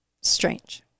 Strange